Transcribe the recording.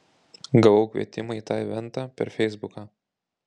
gavau kvietimą į tą eventą per feisbuką